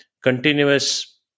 continuous